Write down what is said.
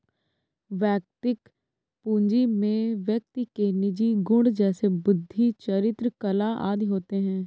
वैयक्तिक पूंजी में व्यक्ति के निजी गुण जैसे बुद्धि, चरित्र, कला आदि होते हैं